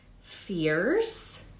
fears